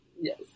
yes